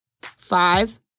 Five